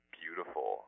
beautiful